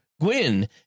gwyn